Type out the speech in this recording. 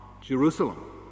Jerusalem